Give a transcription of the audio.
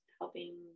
helping